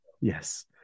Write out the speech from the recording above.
Yes